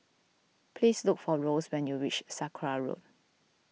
please look for Rose when you reach Sakra Road